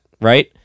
right